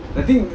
I think